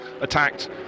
attacked